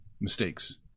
mistakes